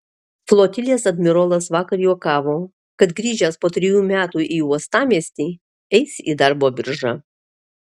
flotilės admirolas vakar juokavo kad grįžęs po trejų metų į uostamiestį eis į darbo biržą